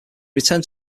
retired